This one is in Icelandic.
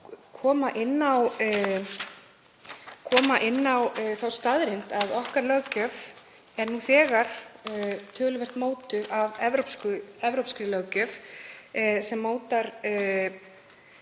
koma inn á þá staðreynd að löggjöf okkar er nú þegar töluvert mótuð af evrópskri löggjöf sem mótar